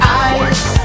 eyes